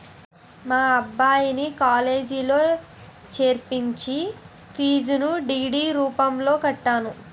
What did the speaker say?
మా అబ్బాయిని కాలేజీలో చేర్పించి ఫీజును డి.డి రూపంలో కట్టాను